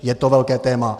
Je to velké téma.